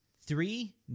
Three